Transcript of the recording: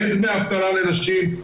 אין דמי אבטלה נשים,